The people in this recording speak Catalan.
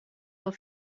del